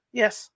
yes